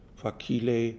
facile